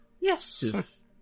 Yes